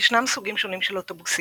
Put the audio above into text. ישנם סוגים שונים של אוטובוסים.